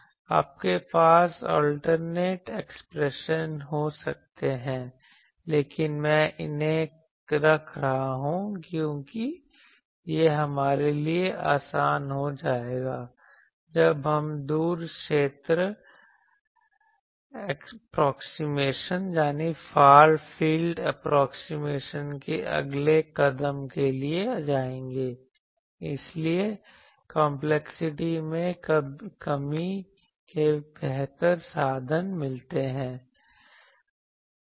आपके पास alternate expression हो सकती है लेकिन मैं इन्हें रख रहा हूं क्योंकि यह हमारे लिए आसान हो जाएगा जब हम दूर क्षेत्र एप्रोक्सीमेशन के अगले कदम के लिए जाएंगे इससे कंपलेक्सिटी में कमी के बेहतर साधन मिलते हैं